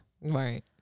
Right